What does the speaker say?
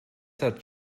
hat